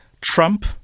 Trump